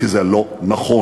כי זה לא נכון.